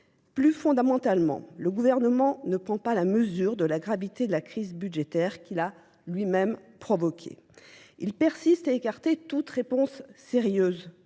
Plus fondamentalement, le gouvernement ne prend pas la mesure de la gravité de la crise budgétaire qu'il a lui-même provoqué. Ils persistent à écarter toute réponse sérieuse